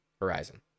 horizon